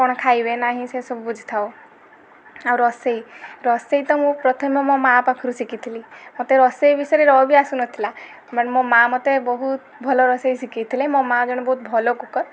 କ'ଣ ଖାଇବେ ନାହିଁ ସେସବୁ ବୁଝିଥାଉ ଆଉ ରୋଷେଇ ରୋଷେଇ ତ ମୁଁ ପ୍ରଥମେ ମୋ ମାଆ ପାଖରୁ ଶିଖିଥିଲି ମୋତେ ରୋଷେଇ ବିଷୟରେ ଜମା ବି ଆସୁନଥିଲା ମାନେ ମୋ ମାଆ ମୋତେ ବହୁତ ଭଲ ରୋଷେଇ ଶିଖାଇଥିଲେ ମୋ ମାଆ ଜଣେ ବହୁତ ଭଲ କୁକର୍